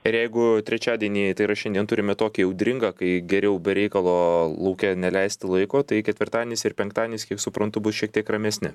ir jeigu trečiadienį tai yra šiandien turime tokį audringą kai geriau be reikalo lauke neleisti laiko tai ketvirtanis ir penktanis kaip suprantu bus šiek tiek ramesni